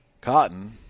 Cotton